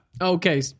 Okay